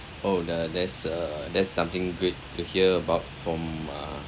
oh the there's a there's something great to hear about from ah